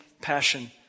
passion